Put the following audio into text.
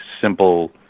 simple